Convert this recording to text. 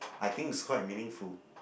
I think is quite meaningful